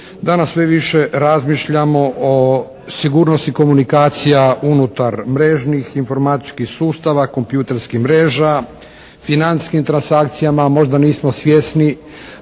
danas mi više razmišljamo o sigurnosti komunikacija unutar mrežnih informacijskih sustava, kompjuterskih mreža, financijskim transakcijama. Možda nismo svjesni